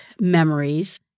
memories